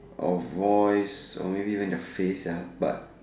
of voice or maybe when their face ya but